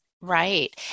right